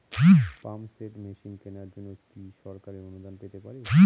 Pump set machine কেনার জন্য কি সরকারি অনুদান পেতে পারি?